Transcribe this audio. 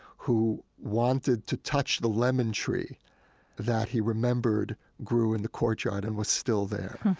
who wanted to touch the lemon tree that he remembered grew in the courtyard and was still there.